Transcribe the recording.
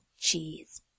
Cheese